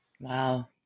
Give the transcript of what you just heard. Wow